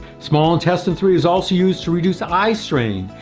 small intestine three is also used to reduce eye strain,